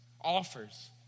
offers